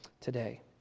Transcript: today